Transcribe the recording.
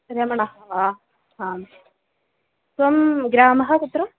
रेमणः वा आं तव ग्रामः कुत्र